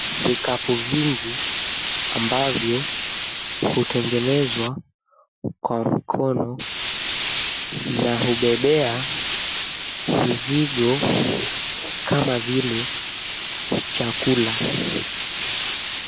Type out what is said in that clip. Vikapu vingi ambavyo hutengenezwa kwa mkono na hubebea mizigo kama vile chakula.